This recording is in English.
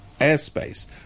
airspace